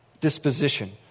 disposition